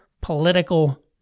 political